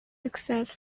excess